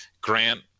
Grant